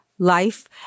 Life